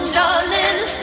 darling